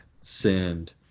send